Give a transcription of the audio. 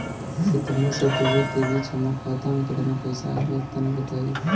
सितंबर से अक्टूबर के बीच हमार खाता मे केतना पईसा आइल बा तनि बताईं?